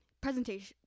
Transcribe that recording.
presentation